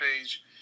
page